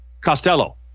Costello